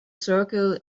circle